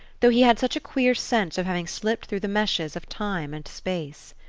though he had such a queer sense of having slipped through the meshes of time and space.